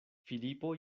filipo